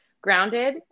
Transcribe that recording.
grounded